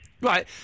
Right